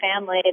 family